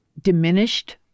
diminished